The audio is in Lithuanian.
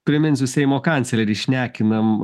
priminsiu seimo kanclerį šnekinam